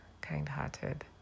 kind-hearted